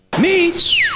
Meets